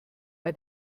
bei